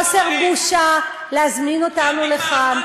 חוסר בושה להזמין אותנו לכאן,